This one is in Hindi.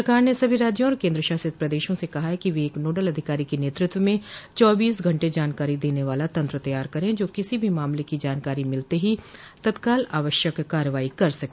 सरकार ने सभी राज्यों और केन्द्र शासित प्रदेशों से कहा है कि वे एक नोडल अधिकारी के नेतृत्व में चौबीस घंटे जानकारी देने वाला तंत्र तैयार करें जो किसी भी मामले की जानकारी मिलते ही तत्काल आवश्यक कार्रवाइ कर सके